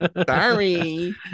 sorry